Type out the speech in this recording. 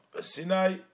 Sinai